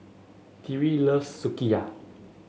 Tyreek loves Sukiyaki